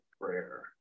prayer